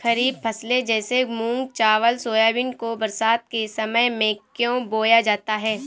खरीफ फसले जैसे मूंग चावल सोयाबीन को बरसात के समय में क्यो बोया जाता है?